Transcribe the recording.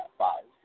five